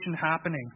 happening